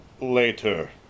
later